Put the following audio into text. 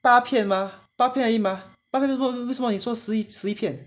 八片 mah 八片而已 mah 然后为什么你说你说十一片